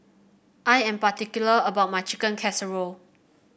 I am particular about my Chicken Casserole